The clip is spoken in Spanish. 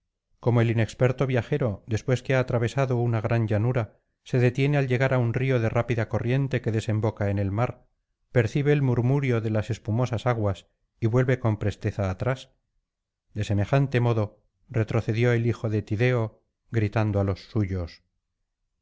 como el inexperto viajero después que ha atravesado una gran llanura se detiene al llegar á un río de rápida corriente que desemboca en el mar percibe el murmurio de las espumosas aguas y vuelve con presteza atrás de semejante modo retrocedió el hijo de tideo gritando á los suyos los